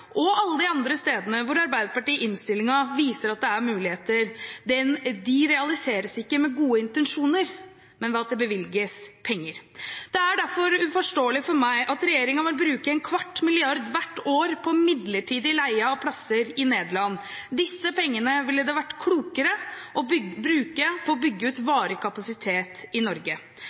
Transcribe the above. og alle de andre stedene hvor Arbeiderpartiet i innstillingen viser at det er muligheter – realiseres ikke med gode intensjoner, men ved at det bevilges penger. Det er derfor for meg uforståelig at regjeringen vil bruke en kvart milliard kroner hvert år på midlertidig leie av plasser i Nederland. Disse pengene ville det vært klokere å bruke på å bygge ut varig kapasitet i Norge.